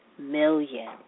million